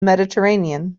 mediterranean